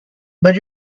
but